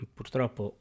Purtroppo